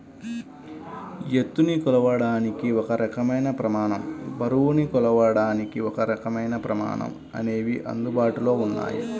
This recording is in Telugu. ఎత్తుని కొలవడానికి ఒక రకమైన ప్రమాణం, బరువుని కొలవడానికి ఒకరకమైన ప్రమాణం అనేవి అందుబాటులో ఉన్నాయి